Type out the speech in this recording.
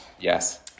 Yes